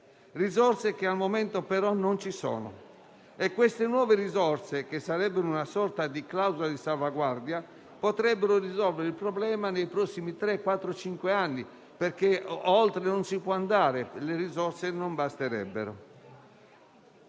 Risorse che al momento però non ci sono. Queste nuove risorse, che sarebbero una sorta di clausola di salvaguardia, potrebbero risolvere il problema nei prossimi tre, quattro, cinque anni, perché oltre non si può andare: le risorse non basterebbero.